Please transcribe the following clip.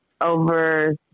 over